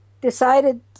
decided